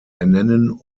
ernennen